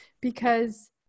because-